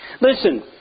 Listen